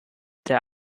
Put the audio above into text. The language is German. der